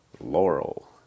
Laurel